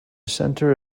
centre